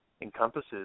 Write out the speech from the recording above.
encompasses